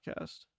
podcast